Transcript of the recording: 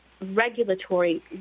regulatory